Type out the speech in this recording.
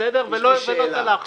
ולא צלחנו.